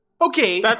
Okay